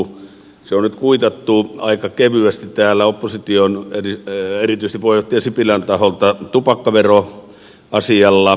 se on nyt kuitattu aika kevyesti täällä opposition erityisesti puheenjohtaja sipilän taholta tupakkaveroasialla